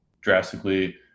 drastically